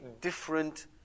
different